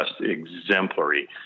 exemplary